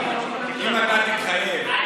גפני, אם אתה תתחייב, אני